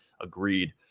Agreed